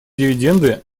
дивиденды